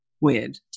weird